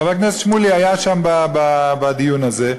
חבר הכנסת שמולי היה שם, בדיון הזה.